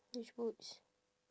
which boots